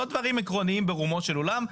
לא דברים עקרוניים ברומו של עולם,